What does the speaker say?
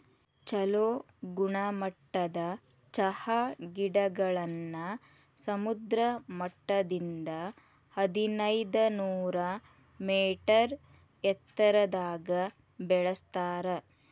ಚೊಲೋ ಗುಣಮಟ್ಟದ ಚಹಾ ಗಿಡಗಳನ್ನ ಸಮುದ್ರ ಮಟ್ಟದಿಂದ ಹದಿನೈದನೂರ ಮೇಟರ್ ಎತ್ತರದಾಗ ಬೆಳೆಸ್ತಾರ